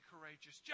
Courageous